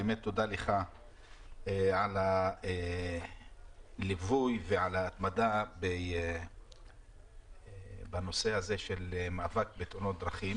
תודה לך על הליווי וההתמדה בנושא המאבק בתאונות בדרכים